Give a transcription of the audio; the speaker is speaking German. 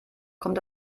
kommt